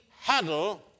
huddle